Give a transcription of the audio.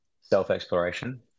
self-exploration